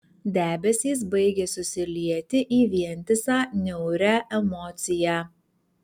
debesys baigė susilieti į vientisą niaurią emociją